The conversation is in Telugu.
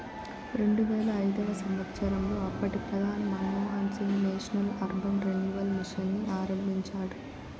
రెండువేల ఐదవ సంవచ్చరంలో అప్పటి ప్రధాని Manmohan Singh national urban renewal mission ని ఆరంభించినాడు